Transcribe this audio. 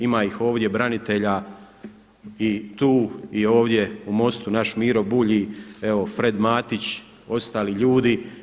Ima ih ovdje branitelja i tu i ovdje u MOST-u naš Miro Bulj i evo Fred Matić, ostali ljudi.